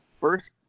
First